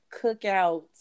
cookout